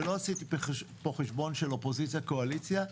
ולא עשיתי פה חשבון של אופוזיציה קואליציה.